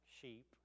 sheep